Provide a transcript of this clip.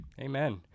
Amen